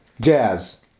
Jazz